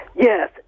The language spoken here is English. Yes